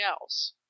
else